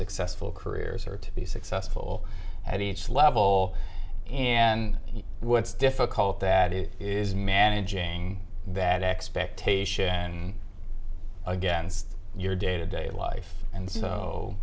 successful careers or to be successful at each level and he would stiff a cult that it is managing that expectation and against your day to day life and so